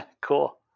Cool